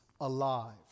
alive